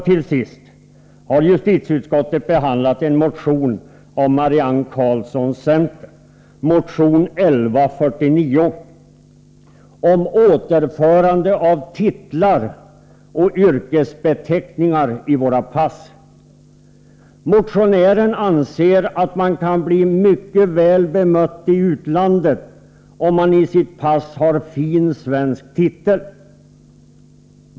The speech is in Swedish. Till sist har justitieutskottet behandlat en motion av Marianne Karlsson från centern, motion 1149 om återinförande av titlar eller yrkesbeteckningar i våra pass. Motionären anser att man kan bli mycket väl bemött i utlandet, om man i sitt pass har en fin svensk titel.